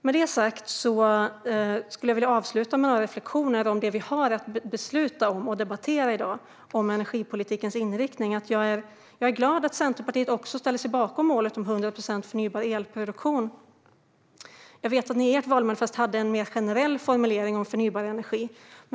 Med detta sagt skulle jag vilja avsluta med några reflektioner om det vi har att besluta om och debattera i dag - energipolitikens inriktning. Jag är glad att Centerpartiet också ställer sig bakom målet om 100 procent förnybar elproduktion. Jag vet att de i sitt valmanifest hade en mer generell formulering om förnybar energi.